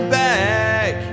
back